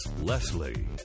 Leslie